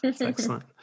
Excellent